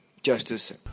justice